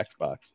Xbox